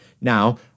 Now